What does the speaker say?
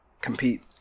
compete